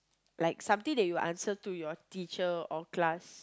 like something you answer to like your teacher or your class